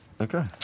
Okay